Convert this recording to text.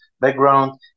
background